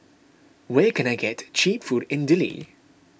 where can I get Cheap Food in Dili